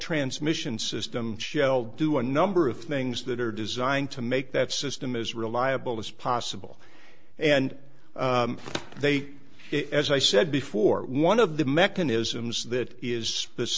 transmission system shell do a number of things that are designed to make that system as reliable as possible and they are as i said before one of the mechanisms that is th